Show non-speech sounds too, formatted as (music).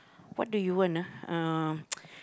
what do you want ah uh (noise)